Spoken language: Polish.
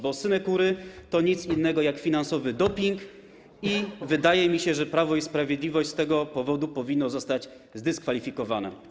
Bo synekury to nic innego jak finansowy doping i wydaje mi się, że Prawo i Sprawiedliwość z tego powodu powinno zostać zdyskwalifikowane.